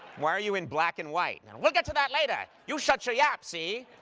why are you in black and white? we'll get to that later! you shut your yap, see?